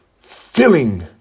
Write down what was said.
filling